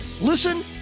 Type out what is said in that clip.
Listen